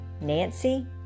Nancy